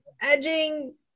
edging